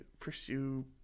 pursue